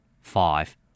Five